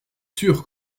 sûr